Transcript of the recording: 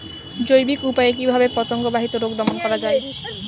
জৈবিক উপায়ে কিভাবে পতঙ্গ বাহিত রোগ দমন করা যায়?